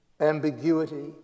ambiguity